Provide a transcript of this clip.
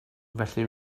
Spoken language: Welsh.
felly